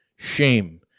Shame